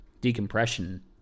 decompression